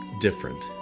different